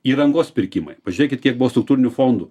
įrangos pirkimai pažiūrėkit kiek buvo struktūrinių fondų